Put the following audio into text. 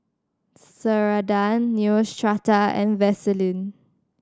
Ceradan Neostrata and Vaselin